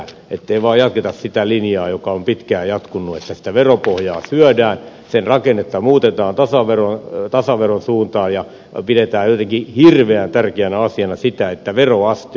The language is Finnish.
ettei vain jatketa sitä linjaa joka on pitkään jatkunut että sitä veropohjaa syödään sen rakennetta muutetaan tasaveron suuntaan ja pidetään jotenkin hirveän tärkeänä asiana sitä että veroaste on matala